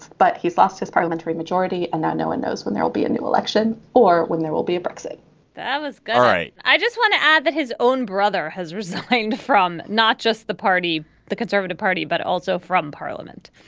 but he's lost his parliamentary majority and that no one knows when there will be a new election or when there will be a brexit that was right. i just want to add that his own brother has resigned from not just the party the conservative party but also from parliament.